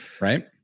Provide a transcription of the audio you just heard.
Right